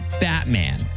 Batman